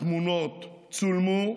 התמונות צולמו,